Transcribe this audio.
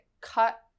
cut